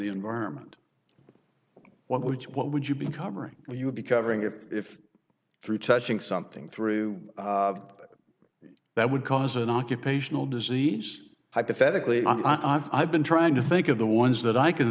the environment what would you what would you be covering you would be covering if through touching something through that would cause an occupational disease hypothetically i've been trying to think of the ones that i can